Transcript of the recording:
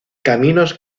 caminos